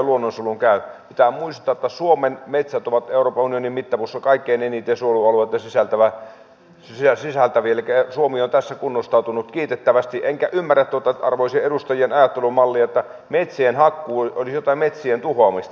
pitää muistaa että suomen metsät ovat euroopan unionin mittapuussa kaikkein eniten suojelualueita sisältäviä elikkä suomi on tässä kunnostautunut kiitettävästi enkä ymmärrä tuota arvoisien edustajien ajattelumallia että metsien hakkuu olisi jotain metsien tuhoamista